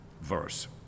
verse